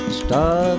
stop